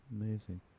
Amazing